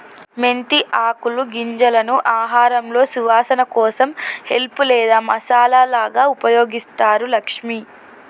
మెంతి ఆకులు గింజలను ఆహారంలో సువాసన కోసం హెల్ప్ లేదా మసాలాగా ఉపయోగిస్తారు లక్ష్మి